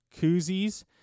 koozies